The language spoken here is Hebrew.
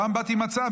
עם הצעה,